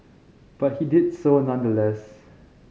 but he did so nonetheless